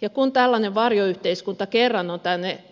ja kun tällainen varjoyhteiskunta kerran on